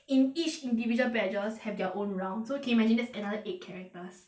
in each individual badges have their own round so can you imagine that's another eight characters